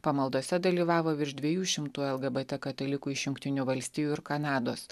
pamaldose dalyvavo virš dviejų šimtų lgbt katalikų iš jungtinių valstijų ir kanados